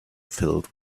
filled